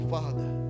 Father